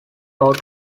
tout